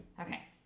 Okay